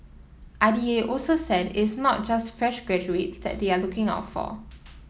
I D A also said it's not just fresh graduates that they are looking out for